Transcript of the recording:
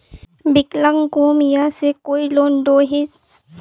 विकलांग कहुम यहाँ से कोई लोन दोहिस?